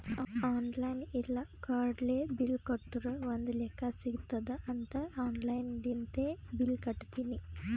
online ಇಲ್ಲ ಕಾರ್ಡ್ಲೆ bill ಕಟ್ಟುರ್ ಒಂದ್ ಲೆಕ್ಕಾ ಸಿಗತ್ತುದ್ ಅಂತ್ ಆನ್ಲೈನ್ ಲಿಂತೆ ಬಿಲ್ ಕಟ್ಟತ್ತಿನಿ